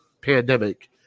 pandemic